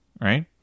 Right